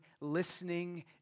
listening